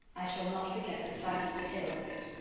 i shall not forget the slightest details of it.